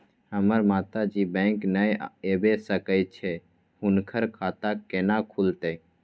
हमर माता जी बैंक नय ऐब सकै छै हुनकर खाता केना खूलतै?